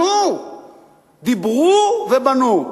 דיברו ובנו.